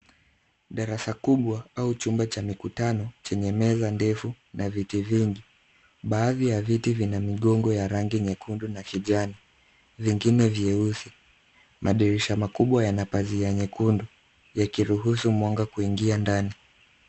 Darasa kubwa au chumba cha mikutano chenye meza ndefu na viti vingi. Baadhi ya viti vina migongo ya rangi nyekundu na kijani vyengine vyeusi. Madirisha makubwa yana pazia nyekundu yakiruhusu mwanga kuingia ndani.